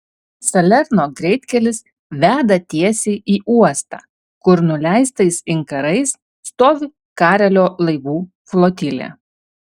salerno greitkelis veda tiesiai į uostą kur nuleistais inkarais stovi karelio laivų flotilė